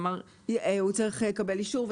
נאמר --- הוא צריך לקבל אישור.